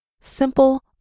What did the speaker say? Simple